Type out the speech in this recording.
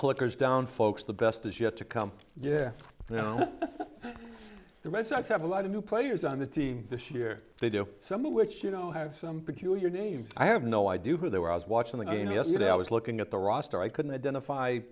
clippers down folks the best is yet to come yeah you know the red sox have a lot of new players on the team this year they do something which you know have some peculiar names i have no idea who they were i was watching the game yesterday i was looking at the roster i couldn't identify